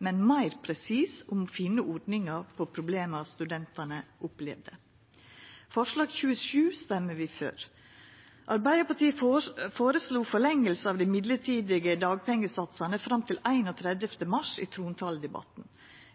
men meir presist om å finna ordningar for problem studentane opplevde. Forslag nr. 27 røystar vi for. Arbeidarpartiet føreslo i trontaledebatten forlenging av dei midlertidige dagpengesatsane fram til 31. mars.